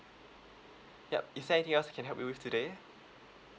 yup is there anything else I can help you with today